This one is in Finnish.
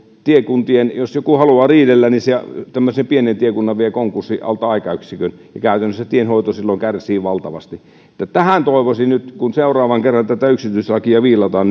jos joku haluaa riidellä niin tämmöisen pienen tiekunnan se vie konkurssiin alta aikayksiön ja käytännössä tienhoito silloin kärsii valtavasti tähän toivoisin muutosta kun seuraavan kerran tätä yksityistielakia viilataan